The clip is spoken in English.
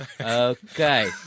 Okay